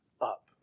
up